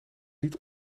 niet